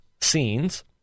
scenes